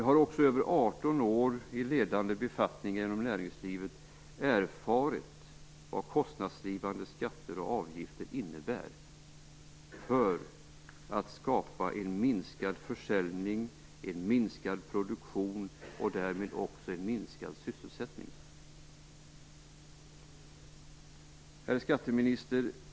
Jag har också i över 18 år i ledande befattningar inom näringslivet erfarit vad kostnadsdrivande skatter och avgifter innebär för att skapa en minskad försäljning, en minskad produktion och därmed en minskad sysselsättning. Herr skatteminister!